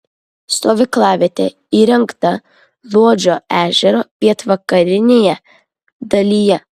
stovyklavietė įrengta luodžio ežero pietvakarinėje dalyje